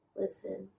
listen